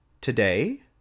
today